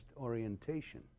orientation